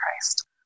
Christ